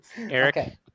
Eric